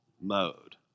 mode